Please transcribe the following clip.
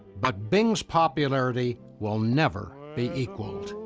but bing's popularity will never be equaled.